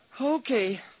Okay